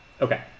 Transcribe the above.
Okay